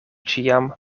ĉiam